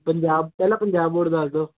ਪੰਜਾਬ ਪਹਿਲਾਂ ਪੰਜਾਬ ਬੋਰਡ ਦੱਸ ਦੋ